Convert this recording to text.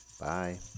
Bye